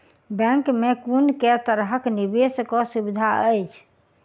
Bank मे कुन केँ तरहक निवेश कऽ सुविधा अछि?